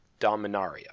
Dominaria